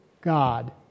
God